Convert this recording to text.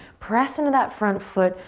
press into that front foot.